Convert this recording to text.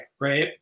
right